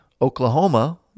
Oklahoma